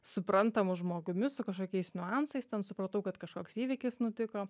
suprantamu žmogumi su kažkokiais niuansais ten supratau kad kažkoks įvykis nutiko